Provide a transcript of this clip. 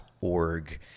org